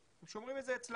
הם שומרים את זה אצלם.